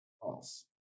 False